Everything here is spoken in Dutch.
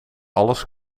alles